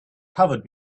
covered